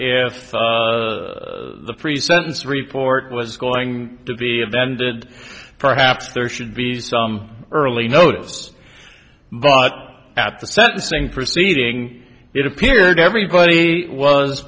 if the pre sentence report was going to be offended perhaps there should be some early notice but at the sentencing proceeding it appeared everybody was